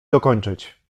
dokończyć